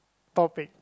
topic